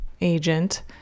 agent